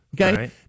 Okay